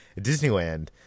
Disneyland